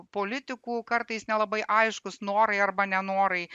politikų kartais nelabai aiškūs norai arba nenorai